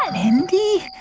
mindy,